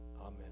Amen